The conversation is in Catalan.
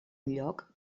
lloc